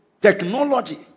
technology